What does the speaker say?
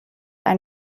ein